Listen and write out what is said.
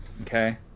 Okay